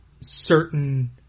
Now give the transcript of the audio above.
certain